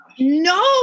No